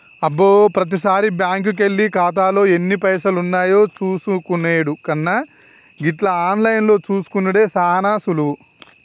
అబ్బో ప్రతిసారి బ్యాంకుకెళ్లి ఖాతాలో ఎన్ని పైసలున్నాయో చూసుకునెడు కన్నా గిట్ల ఆన్లైన్లో చూసుకునెడు సాన సులువు